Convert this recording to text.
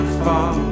fall